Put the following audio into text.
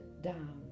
down